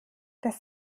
dass